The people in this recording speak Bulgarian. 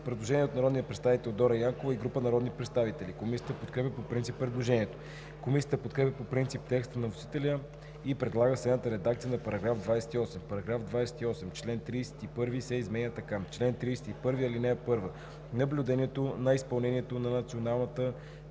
Предложение от народния представител Дора Янкова и група народни представители. Комисията подкрепя по принцип предложението. Комисията подкрепя по принцип текста на вносителя и предлага следната редакция на § 28: „§ 28. Член 31 се изменя така: „Чл. 31. (1) Наблюдението на изпълнението на Националната